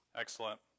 Excellent